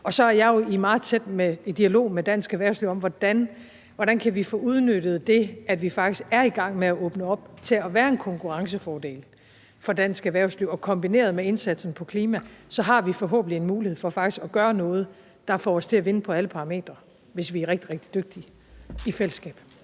Jeg er jo i meget tæt dialog med dansk erhvervsliv om, hvordan vi kan udnyttet det, at vi faktisk er i gang med at åbne op, til at være en konkurrencefordel for dansk erhvervsliv, og kombineret med indsatsen på klimaområdet har vi forhåbentlig en mulighed for faktisk at gøre noget, der får os til at vinde på alle parametre, hvis vi er rigtig, rigtig dygtige i fællesskab.